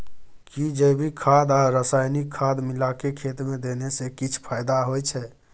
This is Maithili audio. कि जैविक खाद आ रसायनिक खाद मिलाके खेत मे देने से किछ फायदा होय छै?